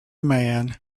man